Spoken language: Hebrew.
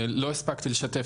לא הספקתי לשתף